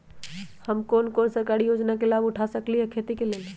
हम कोन कोन सरकारी योजना के लाभ उठा सकली ह खेती के लेल?